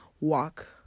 walk